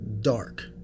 dark